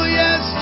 yes